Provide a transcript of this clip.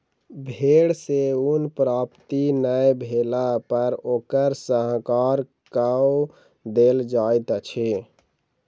भेड़ सॅ ऊन प्राप्ति नै भेला पर ओकर संहार कअ देल जाइत अछि